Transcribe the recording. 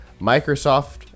Microsoft